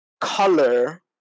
color